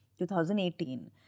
2018